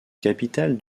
capitale